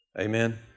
Amen